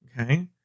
okay